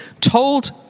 told